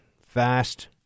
fast